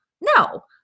No